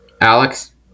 Alex